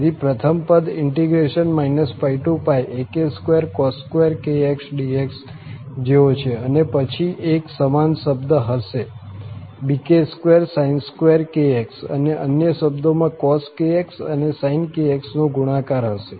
તેથી પ્રથમ શબ્દ πak2cos2⁡dx જેવો છે અને પછી એક સમાન શબ્દ હશે bk2sin2⁡ અને અન્ય શબ્દોમાં cos અને sin⁡ નો ગુણાકાર હશે